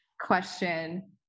question